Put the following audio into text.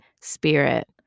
spirit